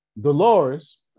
Dolores